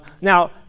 Now